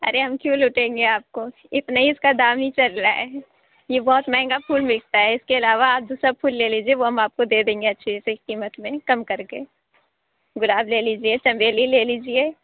ارے ہم کیوں لوٹیں گے آپ کو اتنے ہی اِس کا دام ہی چل رہا ہے یہ بہت مہنگا پھول بکتا ہے اِس کے علاوہ آپ دوسرا پھول لے لیجیے وہ ہم آپ کو دے دیں گے اچھی سی قیمت میں کم کر کے گلاب لے لیجیے چنبیلی لے لیجیے